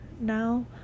now